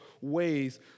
ways